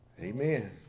Amen